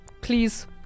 Please